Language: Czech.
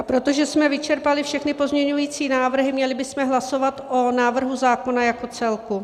A protože jsme vyčerpali všechny pozměňující návrhy, měli bychom hlasovat o návrhu zákona jako celku.